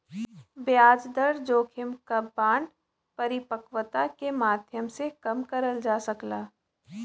ब्याज दर जोखिम क बांड परिपक्वता के माध्यम से कम करल जा सकला